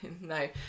no